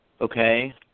Okay